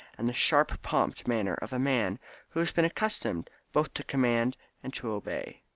and the sharp prompt manner of a man who has been accustomed both to command and to obey.